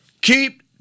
keep